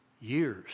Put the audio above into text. years